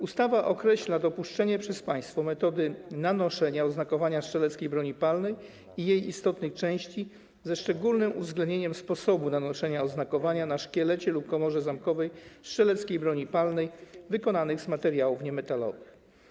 Ustawa określa dopuszczane przez państwo metody nanoszenia oznakowania strzeleckiej broni palnej i jej istotnych części, ze szczególnym uwzględnieniem sposobu nanoszenia oznakowania na szkielecie lub komorze zamkowej strzeleckiej broni palnej wykonanych z materiałów niemetalowych.